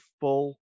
full